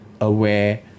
aware